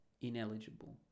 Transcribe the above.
ineligible